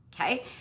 Okay